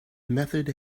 method